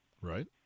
Right